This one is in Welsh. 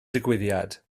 digwyddiad